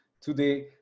Today